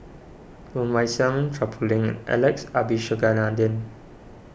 Woon Wah Siang Chua Poh Leng Alex Abisheganaden